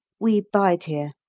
we bide here.